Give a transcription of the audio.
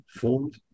formed